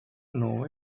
know